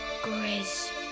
Grizz